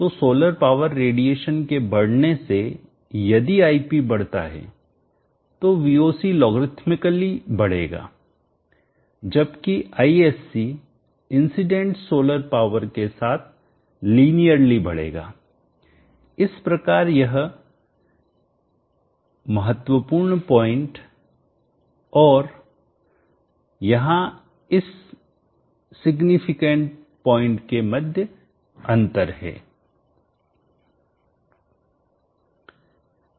तो solar power radiation के बढ़ने से यदि ip बढ़ता है तो Voc लोगरिथमिककली बढ़ेगा जबकि Isc इंसिडेंट सोलर पावर के साथ लीनियरली बढ़ेगा इस प्रकार यह इस सिग्निफिकेंटमहत्वपूर्ण पॉइंट और यहां इस सिग्निफिकेंट पॉइंट के मध्य अंतर है